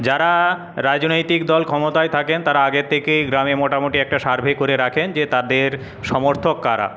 যারা রাজনৈতিক দল ক্ষমতায় থাকেন তারা আগে থেকেই গ্রামে মোটামুটি একটা সার্ভে করে রাখেন যে তাদের সমর্থক কারা